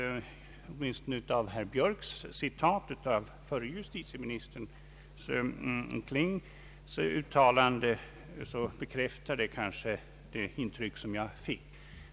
Åtminstone herr Björks citat av förre justitieministern Klings uttalande bekräftar det intryck som jag fick.